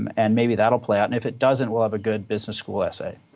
and maybe that'll play out. and if it doesn't, we'll have a good business school essay,